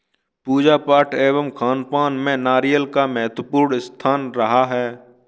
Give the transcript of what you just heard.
पूजा पाठ एवं खानपान में नारियल का महत्वपूर्ण स्थान रहा है